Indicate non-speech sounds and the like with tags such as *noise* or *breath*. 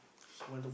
*breath*